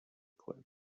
click